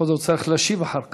בכל זאת הוא צריך להשיב אחר כך,